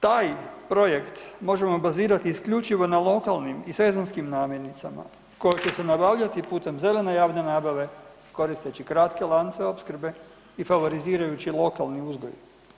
Nadalje, taj projekt možemo bazirati isključivo na lokalnim i sezonskim namirnicama koje će se nabavljati putem zelene javne nabave koristeći kratke lance opskrbe i favorizirajući lokalni uzgoj.